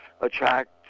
attract